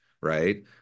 right